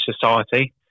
society